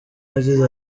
yagize